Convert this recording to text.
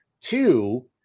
two